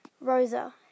Rosa